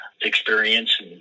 experience